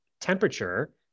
temperature